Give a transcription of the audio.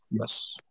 yes